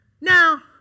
Now